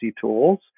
tools